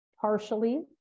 partially